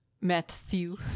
matthew